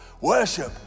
Worship